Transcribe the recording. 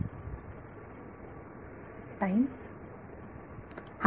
विद्यार्थी टाईम